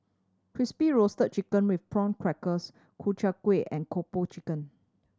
Crispy Roasted Chicken with Prawn Crackers Ku Chai Kueh and Kung Po Chicken